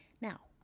Now